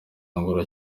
angola